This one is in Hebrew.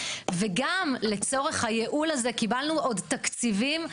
וגם לצורך הייעול הזה קיבלנו עוד תקציבים,